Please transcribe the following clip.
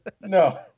No